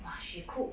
!wah! she cook